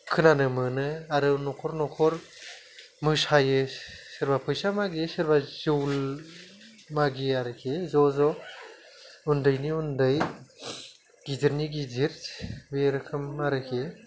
खोनानो मोनो आरो न'खर न'खर मोसायो सोरबा फैसा मागियो सोरबा जौ मागियो आरोखि ज' ज' उन्दैनि उन्दै गिदिरनि गिदिर बे रोखोम आरोखि